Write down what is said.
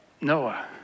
Noah